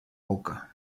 boca